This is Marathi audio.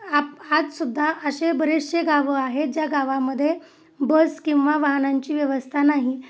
आप आजसुद्धा असे बरेचसे गावं आहेत ज्या गावामध्ये बस किंवा वाहनांची व्यवस्था नाही